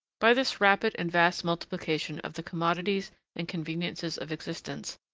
by this rapid and vast multiplication of the commodities and conveniences of existence,